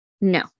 No